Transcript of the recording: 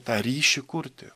tą ryšį kurti